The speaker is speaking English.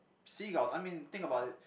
seagulls I mean think about it